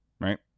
Right